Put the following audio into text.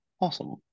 Awesome